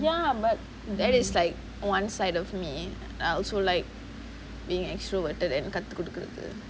ya but that is like one side of me also like being extroverted and எனக்கு காதுகுடுக்குறது:ennaku kathukudukurathu